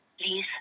please